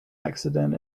accident